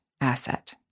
asset